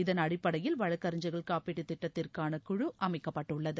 இதன் அடிப்படையில் வழக்கறிஞா்கள் காப்பீடுத் திட்டத்திற்கான குழு அமைக்கப்பட்டுள்ளது